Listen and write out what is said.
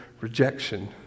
rejection